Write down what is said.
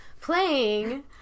playing